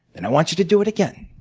and i want you to do it again.